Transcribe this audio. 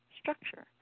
structure